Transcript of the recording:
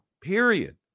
Period